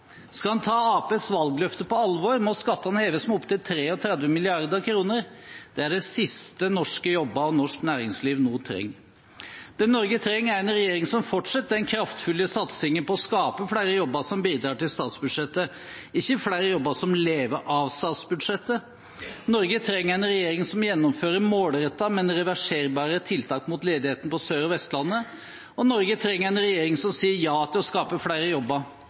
Skal man ta Arbeiderpartiets valgløfter på alvor, må skattene heves med opptil 33 mrd. kr. Det er det siste norske jobber og norsk næringsliv nå trenger. Det Norge trenger, er en regjering som fortsetter den kraftfulle satsingen på å skape flere jobber som bidrar til statsbudsjettet, ikke flere jobber som lever av statsbudsjettet. Norge trenger en regjering som gjennomfører målrettede, men reverserbare, tiltak mot ledigheten på Sør- og Vestlandet. Og Norge trenger en regjering som sier ja til å skape flere jobber,